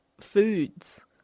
foods